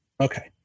Okay